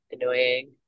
Annoying